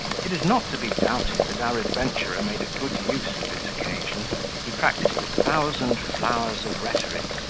it is not to be doubted that our adventurer made a good use of this occasion he practised a thousand flowers of rhetoric,